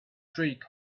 streak